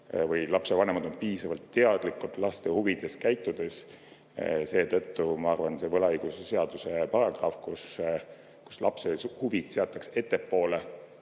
või et lapsevanemad on piisavalt teadlikud laste huvidest. Seetõttu ma arvan, et see võlaõigusseaduse paragrahv, kus lapse huvid seatakse ettepoole